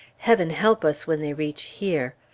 heaven help us when they reach here!